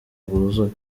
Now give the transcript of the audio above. rwuzuye